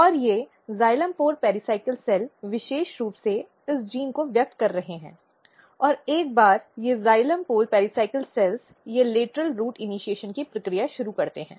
और ये xylem pole pericycle कोशिकाएं विशेष रूप से इस जीन को व्यक्त कर रही हैं और एक बार ये जाइलम पोल पेरिसायकल ये लेटरल रूट इनिशीएशन की प्रक्रिया शुरू करते हैं